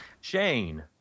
Shane